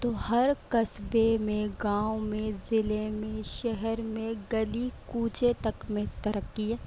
تو ہر قصبے میں گاؤں میں ضلعے میں شہر میں گلی کوچے تک میں ترقی ہے